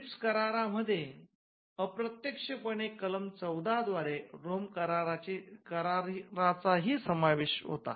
trips करारामध्ये अप्रत्यक्षपणे कलम १४ द्व्यारे रोम कराराचा ही समावेश होता